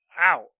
Ow